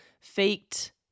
faked